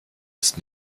ist